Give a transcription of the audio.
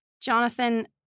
Jonathan